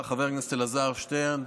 חבר הכנסת אלעזר שטרן,